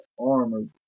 armored